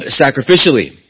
sacrificially